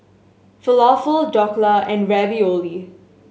Falafel Dhokla and Ravioli